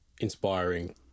inspiring